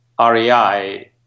REI